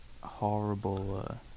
horrible